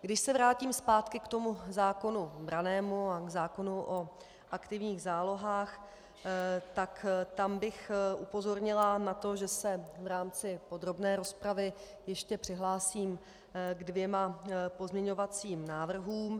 Když se vrátím zpátky k zákonu brannému a zákonu o aktivních zálohách, tak bych upozornila na to, že se v rámci podrobné rozpravy ještě přihlásím ke dvěma pozměňovacím návrhům.